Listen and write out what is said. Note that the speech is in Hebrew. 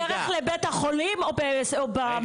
בדרך לבית החולים או במיון.